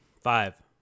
Five